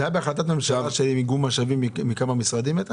זה היה בהחלטת ממשלה לגבי איגום משאבים מכמה משרדים?